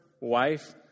wife